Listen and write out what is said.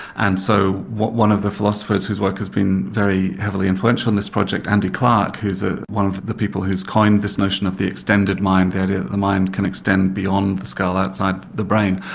and so what one of the philosophers whose work has been very heavily influential in this project andy clark who's ah one of the people who's coined this notion of the extended mind, that the mind can extend beyond the scale outside the brain,